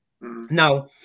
Now